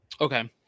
Okay